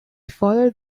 follow